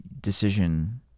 decision